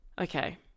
Okay